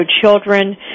children